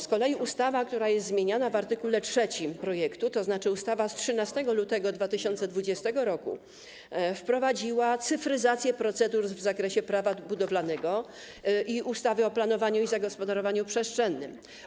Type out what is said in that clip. Z kolei ustawa, która jest zmieniana w art. 3 projektu, tzn. ustawa z 13 lutego 2020 r., wprowadziła cyfryzację procedur w zakresie prawa budowlanego i ustawy o planowaniu i zagospodarowaniu przestrzennym.